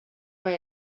way